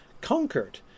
conquered